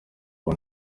ubu